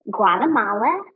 Guatemala